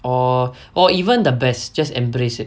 or or even the best just embrace it